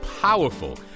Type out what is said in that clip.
powerful